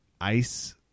ice